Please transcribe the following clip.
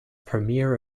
premier